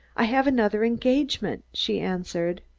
i have another engagement, she answered.